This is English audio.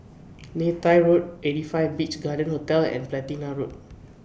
Neythai Road eighty five Beach Garden Hotel and Platina Road